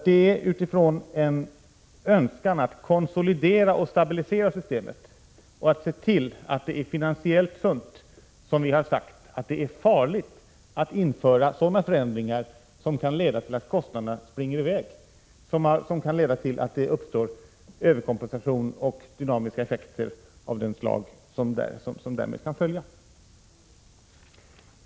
Det är utifrån en önskan att konsolidera och stabilisera systemet och att se till att det är finansiellt sunt som vi har sagt att det är farligt att införa sådana förändringar som kan leda till att kostnaderna springer i väg och som kan leda till att det uppstår överkompensation och dynamiska effekter av det slag som kan följa av detta.